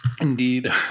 Indeed